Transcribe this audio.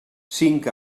cinc